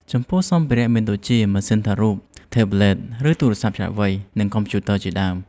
ចំពោះសម្ភារ:មានដូចជា ម៉ាស៉ីនថតរូប ថេប្លេត ឬទូរសព្ទឆ្លាតវៃ និងកុំព្យូទ័រជាដើម។